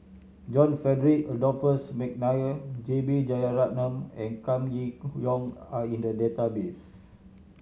John Frederick Adolphus McNair J B Jeyaretnam and Kam Kee Yong are in the database